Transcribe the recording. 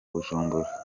bujumbura